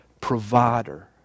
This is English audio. provider